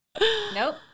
nope